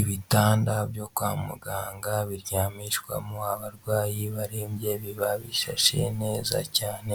Ibitanda byo kwa muganga biryamishwamo abarwayi barembye biba bishashe neza cyane,